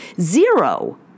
Zero